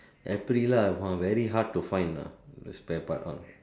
at three lah !wah! very hard to find spare part